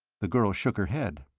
the girl shook her head.